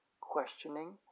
questioning